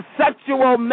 sexual